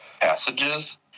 passages